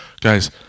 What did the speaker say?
Guys